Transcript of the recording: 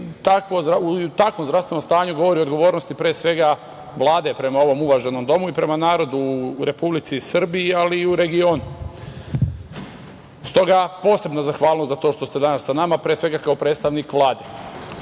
u takvom zdravstvenom stanju govori o odgovornosti, pre svega, Vlade prema ovom uvaženom domu i prema narodu u Republici Srbiji, ali i u regionu. Stoga, posebna zahvalnost za to što ste danas sa nama, pre svega, kao predstavnik